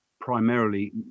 primarily